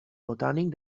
botànic